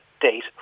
date